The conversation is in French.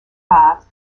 pas